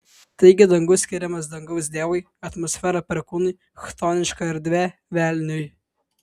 taigi dangus skiriamas dangaus dievui atmosfera perkūnui chtoniška erdvė velniui